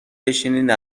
بشینین